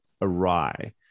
awry